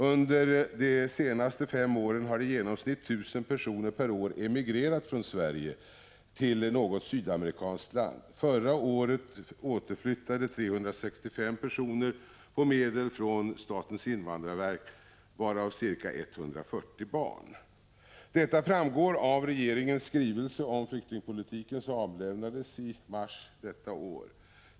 Under de senaste fem åren har i genomsnitt 1 000 personer per år emigrerat från Sverige till något sydamerikanskt land. Förra året återflyttade 365 personer på medel från statens invandrarverk, varav ca 140 barn. Detta framgår av regeringens skrivelse om flyktingpolitiken som avlämnades i mars detta år.